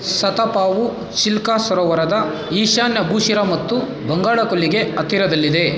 ಸತಪಾವು ಚಿಲ್ಕ ಸರೋವರದ ಈಶಾನ್ಯ ಭೂಶಿರ ಮತ್ತು ಬಂಗಾಳ ಕೊಲ್ಲಿಗೆ ಹತ್ತಿರದಲ್ಲಿದೆ